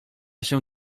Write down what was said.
się